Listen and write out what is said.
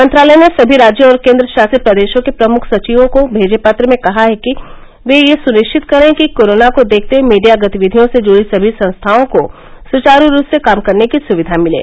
मंत्रालय ने सभी राज्यों और केन्द्रशासित प्रदेशों के मुख्य सचिवों को भेजे पत्र में कहा है कि वे यह सुनिश्चित करें कि कोरोना को देखते हुए मीडिया गतिविधियों से जुड़ी सभी संस्थाओं को सुचारू रूप से काम करने की सुविघा मिले